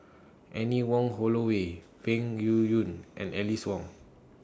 Anne Wong Holloway Peng Yuyun and Alice Ong